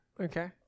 Okay